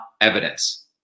evidence